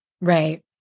Right